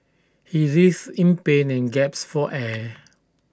he writhed in pain and gasped for air